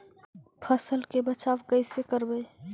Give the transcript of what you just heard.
फसल के बचाब कैसे करबय?